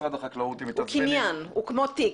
הוא קניין, הוא כמו תיק.